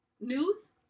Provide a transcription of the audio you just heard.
News